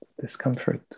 Discomfort